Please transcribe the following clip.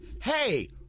hey